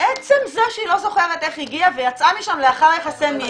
עצם זה שהיא לא זוכרת איך היא הגיעה ויצאה משם לאחר יחסי מין,